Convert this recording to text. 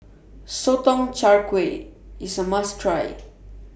Sotong Char Kway IS A must Try